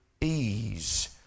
ease